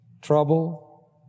trouble